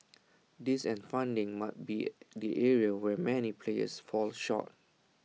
this and funding might be the areas where many players fall short